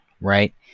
right